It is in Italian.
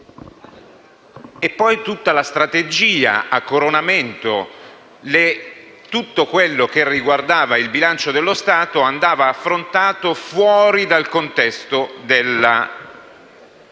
E poi tutta la strategia a coronamento, tutto quello che riguardava il bilancio dello Stato andava affrontato fuori dal contesto della